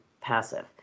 passive